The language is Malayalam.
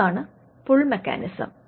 ഇതാണ് പുൾ മെക്കാനിസം